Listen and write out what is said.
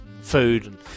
food